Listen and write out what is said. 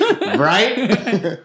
Right